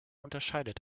unterscheidet